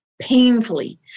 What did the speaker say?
painfully